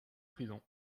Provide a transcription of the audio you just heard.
prison